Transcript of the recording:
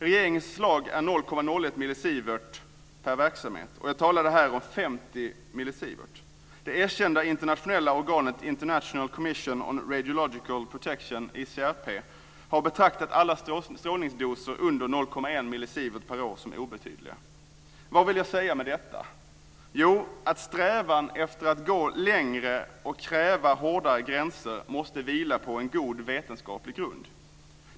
Regeringens förslag är 0,01 millisievert per verksamhet, och jag talade här om 50 ICRP, har betraktat alla strålningsdoser under 0,1 Vad vill jag säga med detta? Jo, att strävan efter att gå längre och kräva hårdare gränser måste vila på en god vetenskaplig grund.